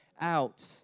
out